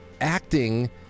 acting